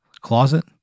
closet